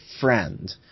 friend